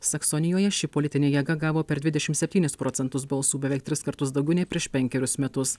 saksonijoje ši politinė jėga gavo per dvidešimt septynis procentus balsų beveik tris kartus daugiau nei prieš penkerius metus